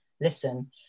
listen